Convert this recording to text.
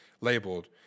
labeled